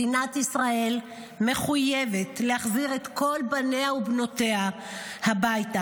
מדינת ישראל מחויבת להחזיר את כל בניה ובנותיה הביתה,